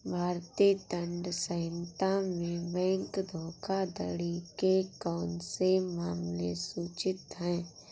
भारतीय दंड संहिता में बैंक धोखाधड़ी के कौन से मामले सूचित हैं?